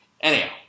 Anyhow